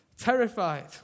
Terrified